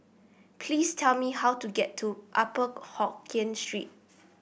please tell me how to get to Upper Hokkien Street